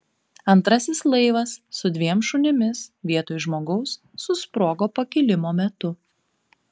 antrasis laivas su dviem šunimis vietoj žmogaus susprogo pakilimo metu